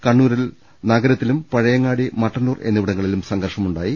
കണ്ണൂരിൽ നഗരത്തിലും പഴയ ങ്ങാടി മട്ടന്നൂർ എന്നിവിടങ്ങളിലും സംഘർഷമുണ്ടായി